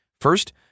First